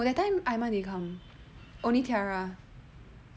oh that time aiman didn't come